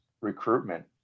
recruitment